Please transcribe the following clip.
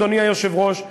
אדוני היושב-ראש,